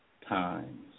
times